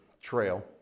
trail